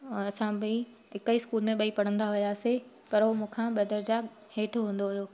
ऐं असां ॿई हिक ई स्कूल में ॿई पढ़ंदा हुआसीं पर उहो मूंखां ॿ दर्जा हेठि हूंदो हुओ